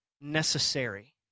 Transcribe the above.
necessary